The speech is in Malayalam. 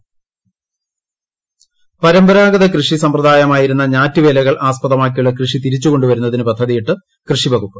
ഞാറ്റുവേല കൃഷി പരമ്പരാഗത കൃഷി സമ്പ്രദായമായിരുന്ന ഞാറ്റുവേലകൾ ആസ്പദമാക്കിയുളള കൃഷി തിരിച്ചുകൊണ്ടുവരുന്നതിന് പദ്ധതിയിട്ട് കൃഷി വകുപ്പ്